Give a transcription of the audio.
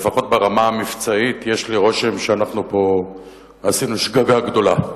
לפחות ברמה המבצעית יש לי רושם שעשינו פה שגגה גדולה.